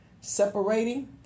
separating